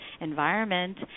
environment